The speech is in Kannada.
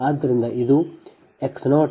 ಆದ್ದರಿಂದ ಅಂದರೆ ಇದು X 0 X 1 3X n ಆಗಿದೆ